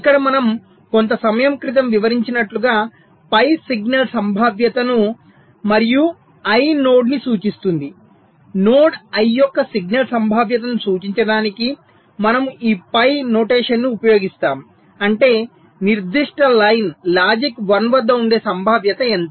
ఇక్కడ మనం కొంత సమయం క్రితం వివరించినట్లుగా పై సిగ్నల్ సంభావ్యతను మరియు i నోడ్ ని సూచిస్తుంది నోడ్ i యొక్క సిగ్నల్ సంభావ్యతను సూచించడానికి మనము ఈ పై నొటేషన్ ని ఉపయోగిస్తాము అంటే నిర్దిష్ట లైన్ లాజిక్ 1 వద్ద ఉండే సంభావ్యత ఎంత